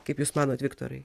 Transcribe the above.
kaip jūs manot viktorai